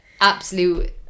Absolute